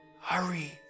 Hurry